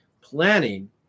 planning